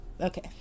Okay